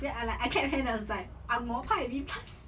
then I like I kept hand I was like ang mo 派 B plus